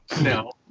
no